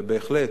ובהחלט,